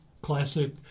Classic